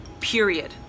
period